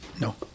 No